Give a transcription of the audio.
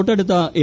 തൊട്ടടുത്ത എൽ